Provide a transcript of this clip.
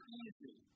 easy